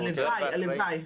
הלוואי, הלוואי.